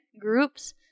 groups